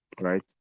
Right